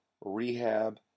rehab